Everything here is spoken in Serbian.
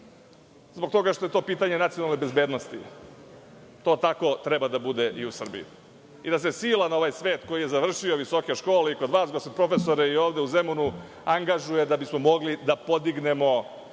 zbog toga što je to pitanje nacionalne bezbednosti. To tako treba da bude i u Srbiji, i da se silan ovaj svet koji je završio visoke škole i kod vas, gospodine profesore, i ovde u Zemunu, angažuje da bismo mogli da podignemo